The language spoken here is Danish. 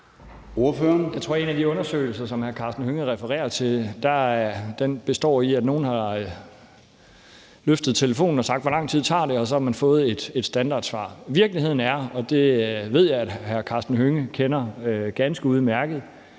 en af de undersøgelser, som hr. Karsten Hønge refererer til, består i, at nogle har grebet telefonen og spurgt, hvor lang tid det tager, og at så har man fået et standardsvar. Virkeligheden er, og det ved jeg hr. Karsten Hønge kender ganske udmærket,